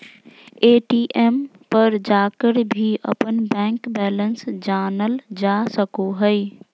ATM पर जाकर भी अपन बैंक बैलेंस जानल जा सको हइ